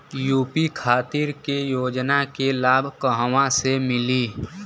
UP खातिर के योजना के लाभ कहवा से मिली?